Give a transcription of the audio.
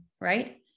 right